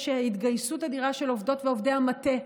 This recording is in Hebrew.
יש התגייסות אדירה של עובדות ועובדי המטה,